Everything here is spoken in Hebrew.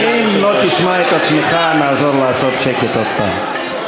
אם לא תשמע את עצמך נעזור לעשות שקט עוד פעם.